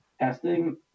testing